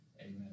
Amen